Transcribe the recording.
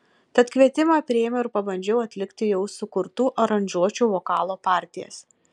tad kvietimą priėmiau ir pabandžiau atlikti jau sukurtų aranžuočių vokalo partijas